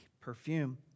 perfume